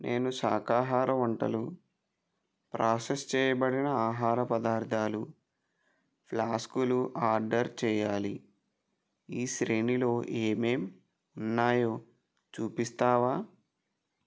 నేను శాకాహార వంటలు ప్రాసెస్ చేయబడిన ఆహార పదార్ధాలు ఫ్లాస్కులు ఆర్డర్ చేయాలి ఈ శ్రేణిలో ఏమేం ఉన్నాయో చూపిస్తావా